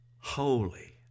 Holy